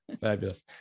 Fabulous